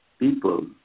people